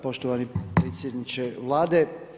Poštovani predsjedniče Vlade.